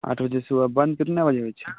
आठ बजे सुबह बन्द कतना बजे होइ छै